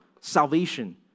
Salvation